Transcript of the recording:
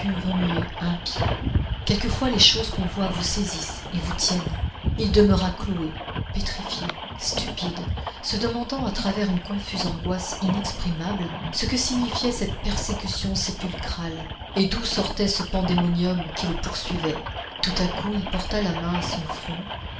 remuer un pied quelquefois les choses qu'on voit vous saisissent et vous tiennent il demeura cloué pétrifié stupide se demandant à travers une confuse angoisse inexprimable ce que signifiait cette persécution sépulcrale et d'où sortait ce pandémonium qui le poursuivait tout à coup il porta la main à son front